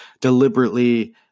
deliberately